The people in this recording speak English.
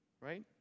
Right